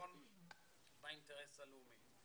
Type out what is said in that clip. בחשבון באינטרס הלאומי.